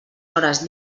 hores